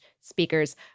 speakers